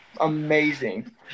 amazing